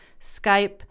Skype